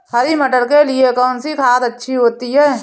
हरी मटर के लिए कौन सी खाद अच्छी होती है?